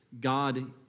God